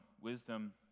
wisdom